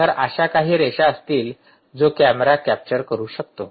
तर अशा काही रेषा असतील जो कॅमेरा कॅप्चर करू शकतो